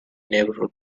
neighborhood